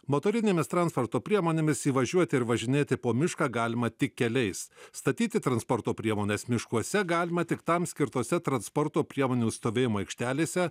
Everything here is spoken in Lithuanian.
motorinėmis transporto priemonėmis įvažiuoti ir važinėti po mišką galima tik keliais statyti transporto priemones miškuose galima tik tam skirtose transporto priemonių stovėjimo aikštelėse